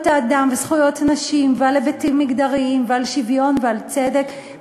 האדם וזכויות הנשים ועל היבטים מגדריים ועל שוויון ועל צדק,